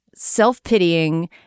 self-pitying